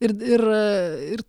ir ir